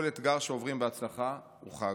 כל אתגר שעוברים בהצלחה הוא חג.